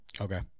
Okay